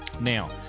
Now